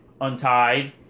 untied